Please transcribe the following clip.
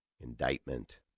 indictment